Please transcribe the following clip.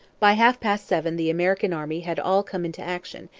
by half-past seven the american army had all come into action,